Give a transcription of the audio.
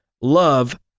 Love